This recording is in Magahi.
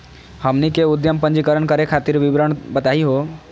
हमनी के उद्यम पंजीकरण करे खातीर विवरण बताही हो?